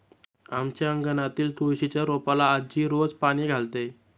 आमच्या अंगणातील तुळशीच्या रोपाला आजी रोज पाणी घालते